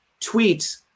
tweets